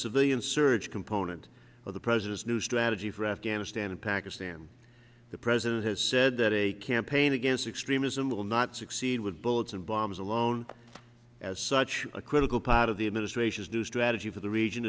civilian surge component of the president's new strategy for afghanistan and pakistan the president has said that a campaign against extremism will not succeed with bullets and bombs alone as such a critical part of the administration's new strategy for the region